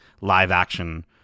live-action